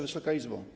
Wysoka Izbo!